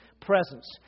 presence